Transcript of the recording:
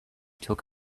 took